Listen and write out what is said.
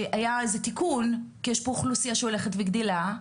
שהיה איזה תיקון, כי יש פה אוכלוסיה שהולכת וגדלה,